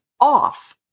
off